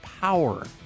power